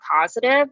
positive